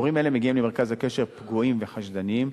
ההורים האלה מגיעים למרכז הקשר פגועים וחשדניים,